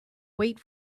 wait